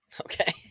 okay